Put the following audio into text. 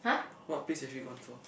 what plays have you gone for